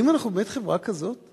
האם אנחנו באמת חברה כזאת?